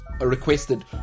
requested